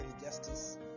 justice